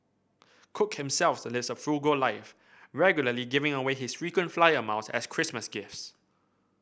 cook himself lives a frugal life regularly giving away his frequent flyer miles as Christmas gifts